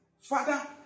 Father